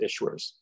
issuers